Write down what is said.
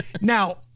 Now